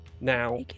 Now